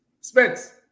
Spence